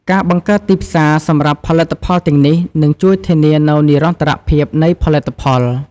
ការបង្កើតទីផ្សារសម្រាប់ផលិតផលទាំងនេះនឹងជួយធានានូវនិរន្តរភាពនៃការផលិត។